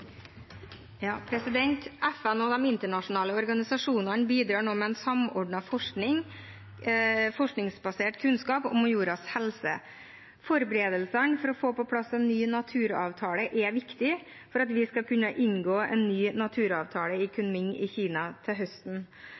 FN og de internasjonale organisasjonene bidrar nå med samordnet forskning – forskningsbasert kunnskap om jordens helse. Forberedelsene for å få på plass en ny naturavtale er viktige for at vi skal kunne inngå en ny naturavtale i Kunming i Kina til høsten.